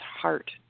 heart